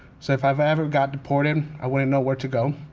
so if i ever got deported, i wouldn't know where to go.